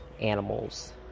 animals